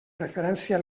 referència